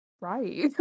right